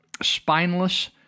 spineless